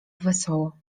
wesoło